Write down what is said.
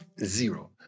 zero